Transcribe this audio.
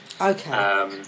Okay